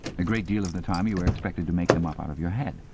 a great deal of the time you were expected to make them up out of your head.